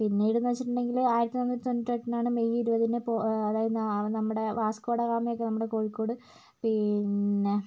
പിന്നീടെന്ന് വെച്ചിട്ടുണ്ടെങ്കിൽ ആയിരത്തി തൊള്ളായിരത്തി തൊണ്ണൂറ്റി എട്ടിനാണ് മെയ് ഇരുപതിന് പോ അതായത് നമ്മുടെ വാസ്ക്കോ ട ഗാമയൊക്കെ നമ്മുടെ കോഴിക്കോട് പിന്നെ